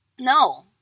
No